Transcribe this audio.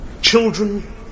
Children